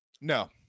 No